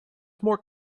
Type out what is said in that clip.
more